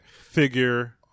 figure